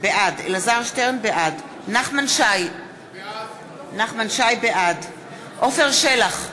בעד נחמן שי, בעד עפר שלח,